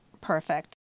Perfect